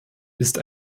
ist